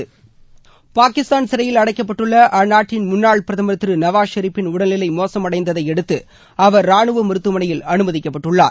தலைா் பாகிஸ்தானில் சிறையில் அடைக்கப்பட்டுள்ள அந்நாட்டின் முன்னாள் பிரதமர் திரு நவாஸ் ஷெரீஃப் பின் உடல்நிலை மோசம் அடைந்ததை அடுத்து அவர் ரானுவ மருத்துவமளையில் அனுமதிக்கப்பட்டுள்ளார்